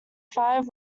five